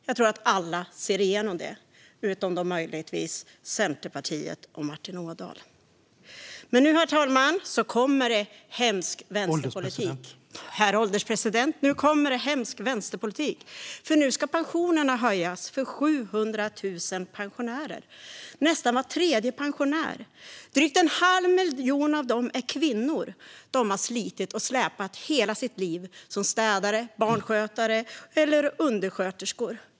Jag tror att alla ser igenom det, förutom möjligtvis Centerpartiet och Martin Ådahl. Men nu, herr ålderspresident, kommer det hemsk vänsterpolitik! Nu ska nämligen pensionerna höjas för 700 000 pensionärer, nästan var tredje pensionär. Drygt en halv miljon av dem är kvinnor. De har slitit och släpat hela sina liv, som städare, barnskötare eller undersköterskor.